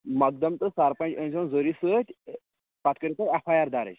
مقدم تہٕ سَرپنچ أنۍ زیو ضٔری سۭتۍ پَتہٕ کٔرِو تُہۍ ایٚف آی آر درٕج